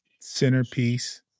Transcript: centerpiece